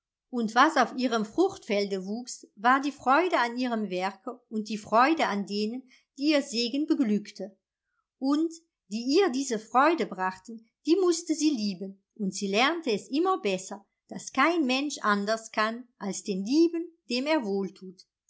und was auf ihrem fruchtfelde wuchs war die freude an ihrem werke und die freude an denen die ihr segen beglückte und die ihr diese freude brachten die mußte sie lieben und sie lernte es immer besser daß kein mensch anders kann als den lieben dem er wohltut